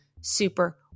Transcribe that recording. super